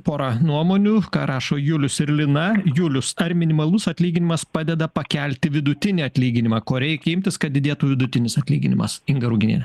pora nuomonių ką rašo julius ir lina julius ar minimalus atlyginimas padeda pakelti vidutinį atlyginimą ko reikia imtis kad didėtų vidutinis atlyginimas inga ruginiene